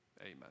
Amen